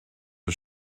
are